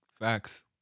Facts